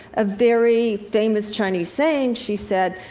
a very famous chinese saying, she said.